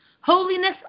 holiness